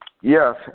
Yes